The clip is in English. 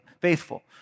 faithful